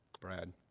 Brad